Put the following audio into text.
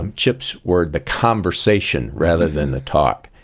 um chip's word, the conversation rather than the talk.